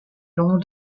longs